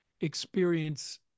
experience